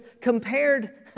compared